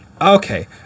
Okay